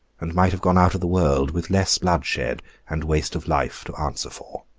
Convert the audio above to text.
and might have gone out of the world with less bloodshed and waste of life to answer for.